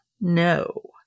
no